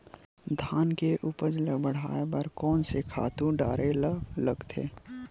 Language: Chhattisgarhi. धान के उपज ल बढ़ाये बर कोन से खातु डारेल लगथे?